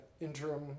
interim –